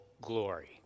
glory